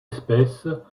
espèce